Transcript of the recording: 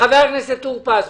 בבקשה, חבר הכנסת טור פז.